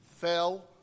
fell